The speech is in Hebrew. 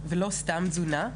ולא סתם תזונה,